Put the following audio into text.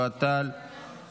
לוועדה לביטחון לאומי נתקבלה.